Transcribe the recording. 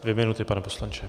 Dvě minuty, pane poslanče.